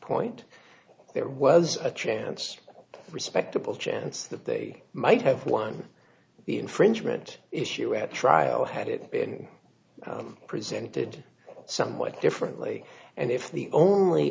point there was a trance respectable chance that they might have won the infringement issue at trial had it been presented somewhat differently and if the only